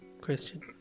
Christian